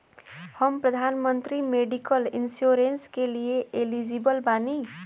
हम प्रधानमंत्री medical insurance के लिए एलिजिबल बानी?